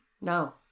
No